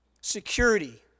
security